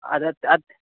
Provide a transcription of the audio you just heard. ಅದೇ